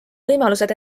võimalused